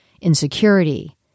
insecurity